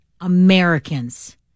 Americans